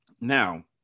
Now